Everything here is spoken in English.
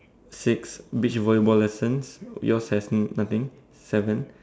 six beach volleyball lessons yours has nothing seven